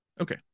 Okay